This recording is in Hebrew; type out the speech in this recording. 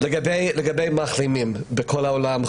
לגבי מחלימים בכל העולם,